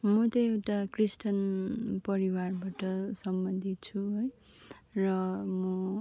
म चाहिँ एउटा क्रिस्टियन परिवारबाट सम्बन्धित छु है र म